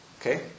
Okay